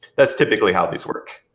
that's typically how this work.